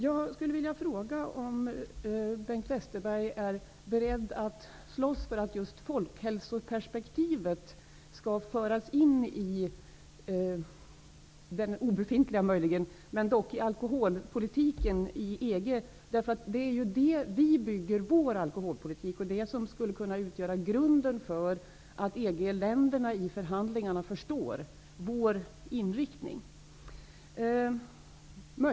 Jag vill fråga om Bengt Westerberg är beredd att slåss för att just folkhälsoperspektivet skall föras in i EG:s -- möjligen obefintliga -- alkoholpolitik. Det är ju det som vi bygger vår alkoholpolitik på och som skulle kunna utgöra grunden för att EG länderna i förhandlingarna skall förstå vår inriktning.